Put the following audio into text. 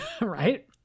right